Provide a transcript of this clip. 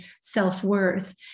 self-worth